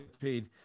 paid